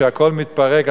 כשהכול מתפרק,